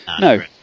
No